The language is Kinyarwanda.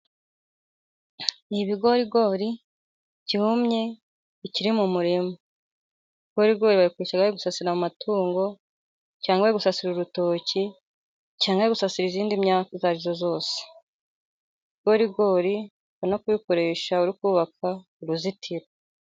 Ni ibigorigori byumye bikiri mu murima. Ibigorigori babikoresha mu gusasira amatungo cyangwa gusasira urutoki, cyangwa gusasira iyindi myaka ayariyo yose. Ibigorigori bana bikoresha no kubaka uruzitiro.